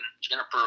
Jennifer